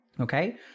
Okay